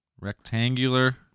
Rectangular